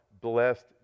blessed